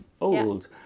old